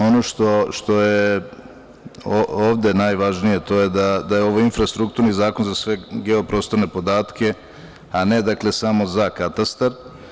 Ono što je ovde najvažnije, to je da je ovo infrastrukturni zakon za sve geoprostorne podatke, a ne samo za katastar.